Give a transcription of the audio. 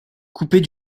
coupés